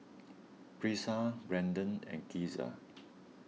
Brisa Brandan and Kizzy